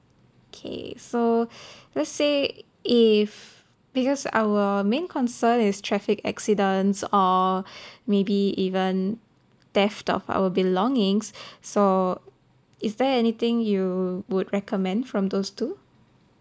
okay so let's say if because our main concern is traffic accidents or maybe even theft of our belongings so is there anything you would recommend from those two